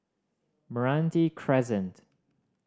Meranti Crescent